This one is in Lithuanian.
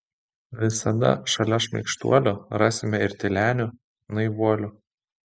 visada šalia šmaikštuolių rasime ir tylenių naivuolių